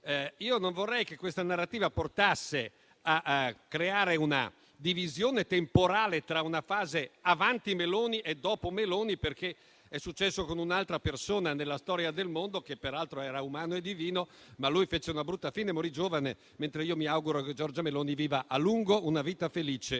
Non vorrei che questa narrativa portasse a creare una divisione temporale tra una fase avanti Meloni e una dopo Meloni. È successo con un'altra persona nella storia del mondo, che peraltro era umana e divina, ma quella fece una brutta fine e morì giovane, mentre io mi auguro che Giorgia Meloni viva a lungo una vita felice